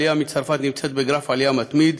העלייה מצרפת נמצאת בגרף עלייה מתמיד.